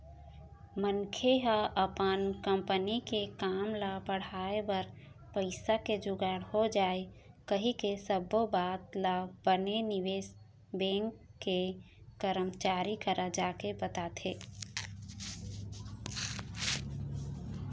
मनखे ह अपन कंपनी के काम ल बढ़ाय बर पइसा के जुगाड़ हो जाय कहिके सब्बो बात ल बने निवेश बेंक के करमचारी करा जाके बताथे